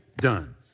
done